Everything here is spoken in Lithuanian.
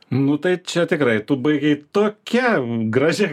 nu tai čia tikrai tu baigei tokiam gražiam